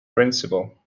principal